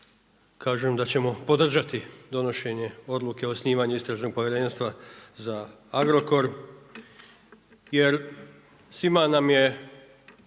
kažem da ćemo podržati donošenje odluke o osnivanju istražnog povjerenstva za Agrokor, jer svima nam je